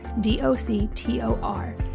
D-O-C-T-O-R